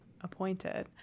appointed